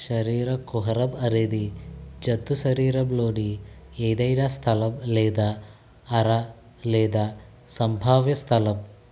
శరీర కుహరం అనేది జంతు శరీరంలోని ఏదైనా స్థలం లేదా అర లేదా సంభావ్య స్థలం